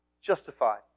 Justified